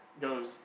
goes